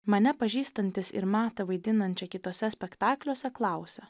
mane pažįstantys ir matę vaidinančią kituose spektakliuose klausia